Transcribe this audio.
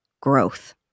growth